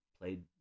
Played